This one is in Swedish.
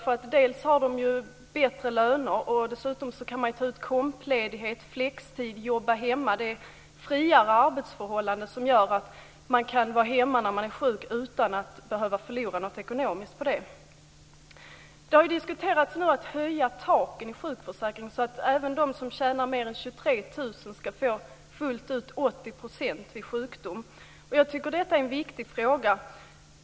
Man har bättre löner och dessutom kan man ta ut kompledighet, flextid och jobba hemma. Det är friare arbetsförhållanden som gör att man kan vara hemma när man är sjuk utan att behöva förlora något ekonomiskt på det. Det har diskuterats att höja taken i sjukförsäkringen så att även de som tjänar mer än 23 000 kr ska få fullt ut 80 % vid sjukdom. Jag tycker att det är en viktig fråga.